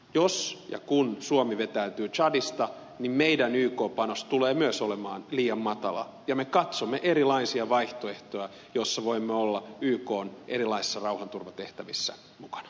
jos ja kun suomi vetäytyy tsadista niin meidän yk panos tulee myös olemaan liian matala ja me katsomme erilaisia vaihtoehtoja joissa voimme olla ykn erilaisissa rauhanturvatehtävissä mukana